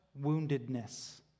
woundedness